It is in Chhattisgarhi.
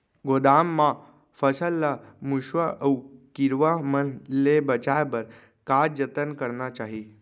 गोदाम मा फसल ला मुसवा अऊ कीरवा मन ले बचाये बर का जतन करना चाही?